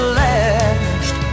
last